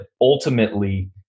ultimately